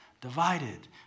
divided